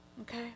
Okay